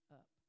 up